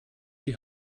die